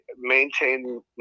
maintain